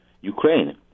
Ukraine